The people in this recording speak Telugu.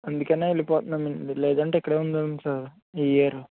అందుకనే వెళ్ళి పోతున్నాను లేదంటే ఇక్కడే ఉండేవాడిని సార్ ఈ ఇయర్